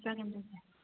जागोन दे